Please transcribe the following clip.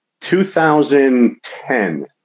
2010